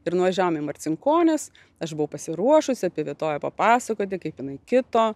ir nuvažiavom į marcinkonis aš buvau pasiruošusi apie vietovę papasakoti kaip jinai kito